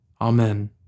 Amen